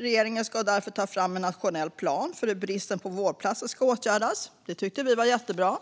Regeringen ska därför ta fram en nationell plan för hur bristen på vårdplatser ska åtgärdas." Det tyckte vi var jättebra.